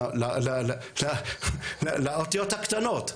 לאותיות הקטנות,